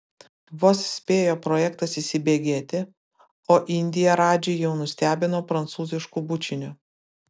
vos spėjo projektas įsibėgėti o indija radžį jau nustebino prancūzišku bučiniu